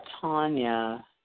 Tanya